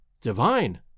Divine